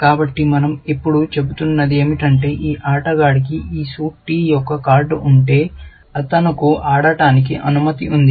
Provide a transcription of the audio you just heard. కాబట్టి మన০ ఇప్పుడు చెబుతున్నది ఏమిటంటే ఈ ఆటగాడికి ఈ సూట్ టి యొక్క కార్డు ఉంటే అతన్ని ఆడటానికి అనుమతి ఉంది